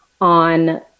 on